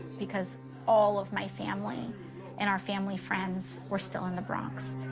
because all of my family and our family friends were still in the bronx.